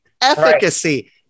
Efficacy